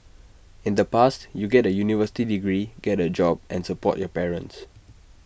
in the past you get A university degree get A job and support your parents